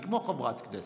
שהיא כמו חברת כנסת,